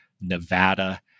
Nevada